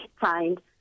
find